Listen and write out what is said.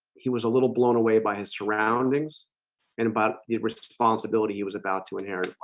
he was a little blown away by his surroundings and about responsibility he was about to an area.